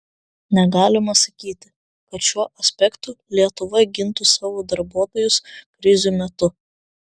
negalima sakyti kad šiuo aspektu lietuva gintų savo darbuotojus krizių metu